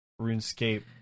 runescape